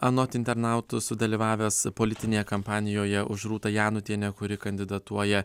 anot internautų sudalyvavęs politinėje kampanijoje už rūtą janutienę kuri kandidatuoja